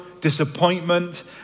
disappointment